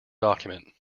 document